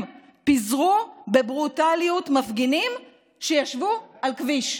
פיזרו בברוטליות מפגינים שישבו על כביש.